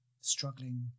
struggling